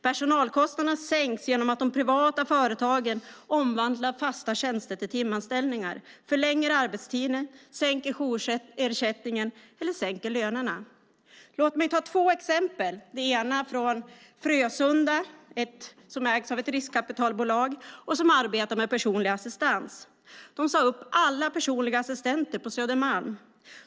Personalkostnaderna sänks genom att de privata företagen omvandlar fasta tjänster till timanställningar, förlänger arbetstiden, sänker jourersättningen eller sänker lönerna. Låt mig ta två exempel, det ena från Frösunda som ägs av ett riskkapitalbolag och som arbetar med personlig assistans. De sade upp alla personliga assistenter på Södermalm.